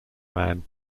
man